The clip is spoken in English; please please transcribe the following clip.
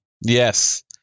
Yes